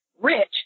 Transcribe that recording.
rich